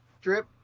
drip